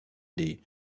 des